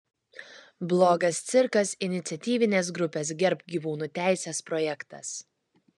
blogas cirkas iniciatyvinės grupės gerbk gyvūnų teises projektas